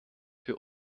für